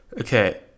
okay